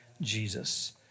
Jesus